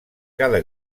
cada